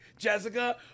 Jessica